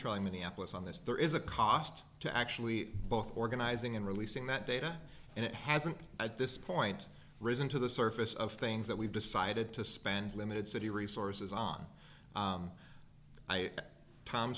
trying minneapolis on this there is a cost to actually both organizing and releasing that data and it hasn't at this point risen to the surface of things that we've decided to spend limited city resources on i tom